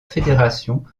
fédération